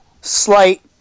Slight